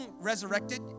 resurrected